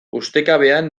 ustekabean